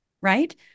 Right